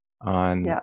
On